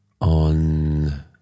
on